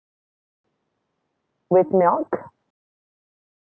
with milk